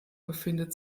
befindet